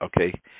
Okay